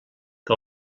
que